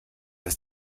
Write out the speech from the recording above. das